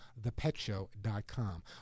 thepetshow.com